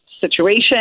situation